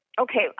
Okay